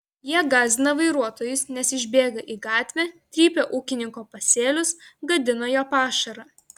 jie gąsdina vairuotojus nes išbėga į gatvę trypia ūkininko pasėlius gadina jo pašarą